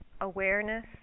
awareness